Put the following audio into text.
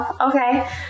Okay